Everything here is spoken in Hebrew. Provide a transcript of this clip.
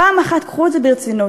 פעם אחת קחו את זה ברצינות.